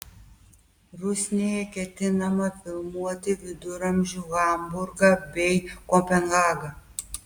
rusnėje ketinama filmuoti viduramžių hamburgą bei kopenhagą